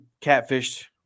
catfished